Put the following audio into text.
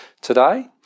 today